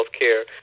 healthcare